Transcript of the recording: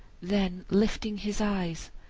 then lifting his eyes,